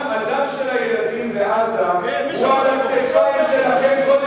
הדם של הילדים בעזה הוא על הכתפיים שלכם,